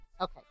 Okay